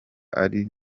ariko